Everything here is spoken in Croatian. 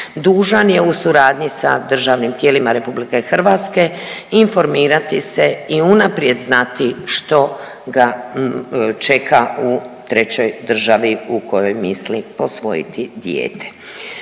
dužan je u suradnji sa državnim tijelima RH informirati se i unaprijed znati što ga čeka u trećoj državi u kojoj misli posvojiti dijete.